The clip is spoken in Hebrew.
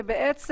ובעצם,